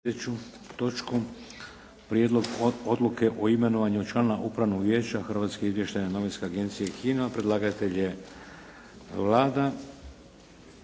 točku: - Prijedlog odluke o imenovanju člana Upravnog vijeća Hrvatske izvještajne novinske agencije HINA-e Predlatatelj je Vlada.